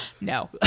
No